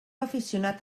aficionat